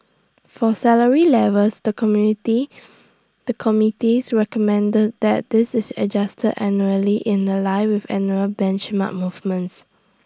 for salary levels the community the committees recommended that this is adjusted annually in The Line with annual benchmark movements